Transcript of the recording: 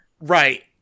Right